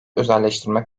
özelleştirme